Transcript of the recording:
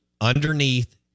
underneath